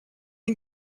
you